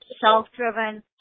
self-driven